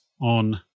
on